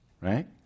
right